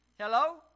Hello